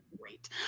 Great